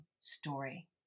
story